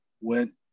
went